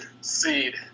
Seed